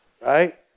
Right